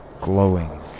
glowing